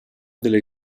delle